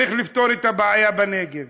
צריך לפתור את הבעיה בנגב.